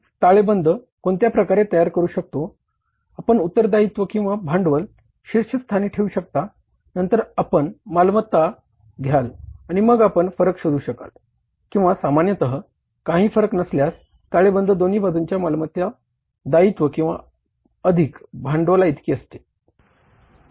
आता आपण ताळेबंद घ्याल आणि मग आपण फरक शोधू शकाल किंवा सामान्यत काही फरक नसल्यास ताळेबंद दोन्ही बाजूंची मालमत्ता दायित्व अधिक भांडवला इतकी असते